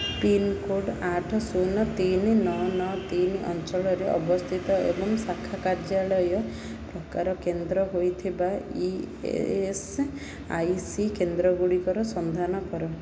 pincode ଆଠ ଶୂନ ତିନି ନଅ ନଅ ତିନି ଅଞ୍ଚଳରେ ଅବସ୍ଥିତ ଏବଂ ଶାଖା କାର୍ଯ୍ୟାଳୟ ପ୍ରକାର କେନ୍ଦ୍ର ହୋଇଥିବା ଇ ଏସ୍ ଆଇ ସି କେନ୍ଦ୍ର ଗୁଡ଼ିକର ସନ୍ଧାନ କର